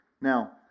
Now